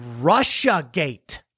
Russiagate